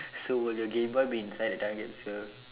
so will your gameboy be inside the time capsule